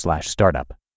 startup